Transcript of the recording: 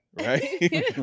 right